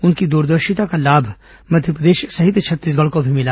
उनकी दूरदर्शिता का लाभ मध्यप्रदेश सहित छत्तीसगढ़ को भी मिला